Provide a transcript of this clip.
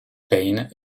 payne